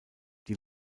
die